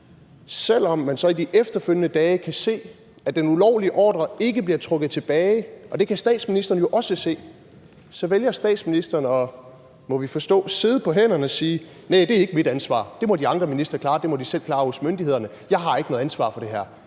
Selv om man så i de efterfølgende dage kan se, at den ulovlige ordre ikke bliver trukket tilbage, og det kan statsministeren jo også se, så vælger statsministeren at – må vi forstå – sidde på hænderne og sige: Næh, det er ikke mit ansvar; det må de andre ministre klare; det må de selv klare hos myndighederne; jeg har ikke noget ansvar for det her.